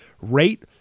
Rate